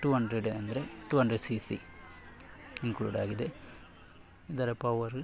to hundred ಅಂದರೆ two hundred C C ಇನ್ಕ್ಲೂಡಾಗಿದೆ ಇದರ ಪವರು